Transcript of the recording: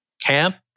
camp